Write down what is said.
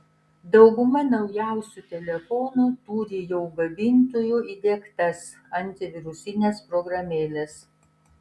dauguma naujausių telefonų turi jau gamintojų įdiegtas antivirusines programėles